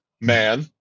man